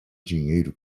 dinheiro